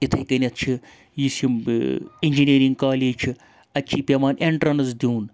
اِتھَے کٔنٮ۪تھ چھِ یُس یِم اِنجینرِنٛگ کالیج چھِ اَتہِ چھِ پی۪وان اٮ۪نٹرنٕس دیُن